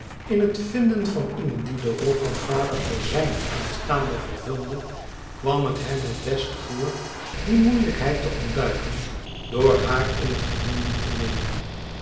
in het vinden van iemand die de rol van vader voor zijn aanstaande vervulde kwam het hem het best voor die moeielijkheid te ontduiken door haar in het geheel niet te nemen